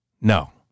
No